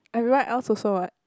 everyone else also what